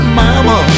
mama